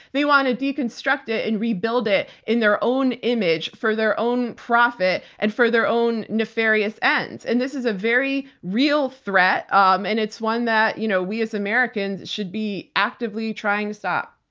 they want to deconstruct it and rebuild it in their own image for their own profit and for their own nefarious ends. and this is a very real threat um and it's one that you know we as americans should be actively trying to stop.